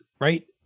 right